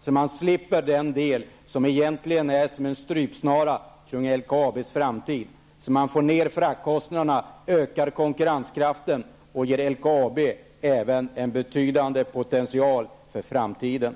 Då kan man slippa den del som egentligen är som en strypsnara kring LKABs framtid. Det gäller att få ner fraktkostnaderna, öka konkurrenskraften och ge LKAB en betydande potential för framtiden.